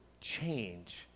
change